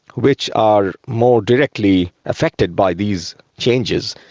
which are more directly affected by these changes,